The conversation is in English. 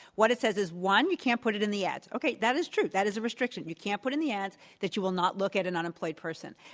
what it says is one, you can't put it in the ad. okay that is true, that is a restriction. you can't put in the ad that you will not look at an unemployed person.